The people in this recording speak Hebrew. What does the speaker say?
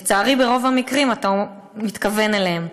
לצערי, ברוב המקרים אתה מתכוון אליהן.